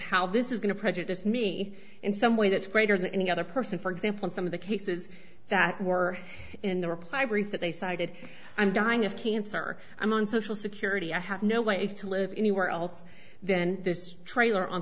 how this is going to prejudice me in some way that's greater than any other person for example some of the cases that were in the reply brief that they cited i'm dying of cancer i'm on social security i have no way to live anywhere else then there's trailer on